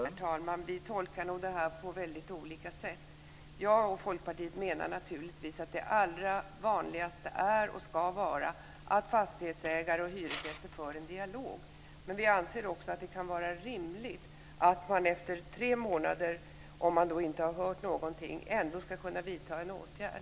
Herr talman! Vi tolkar nog detta på olika sätt. Jag och Folkpartiet menar naturligtvis att allra vanligast är och ska vara att fastighetsägare och hyresgäster för en dialog. Vi anser också att det kan vara rimligt att man efter tre månader, om man inte har hört någonting, ändå ska kunna vidta en åtgärd.